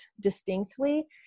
distinctly